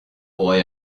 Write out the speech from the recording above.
boy